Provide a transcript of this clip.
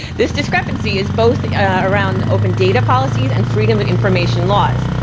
this discrepancy is both around open data policies and freedom of information laws.